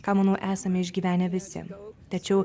ką manau esame išgyvenę visi tačiau